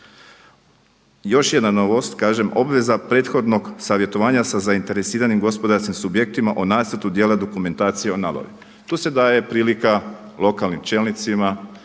Još jedna novost, obveza prethodnog savjetovanja sa zainteresiranim gospodarskim subjektima o nacrtu dijela dokumentacije o nabavi. Tu se daje prilika lokalnim čelnicima